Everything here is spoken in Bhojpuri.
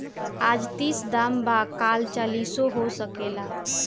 आज तीस दाम बा काल चालीसो हो सकेला